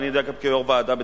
ואני יודע כיושב-ראש ועדה,